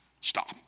Stop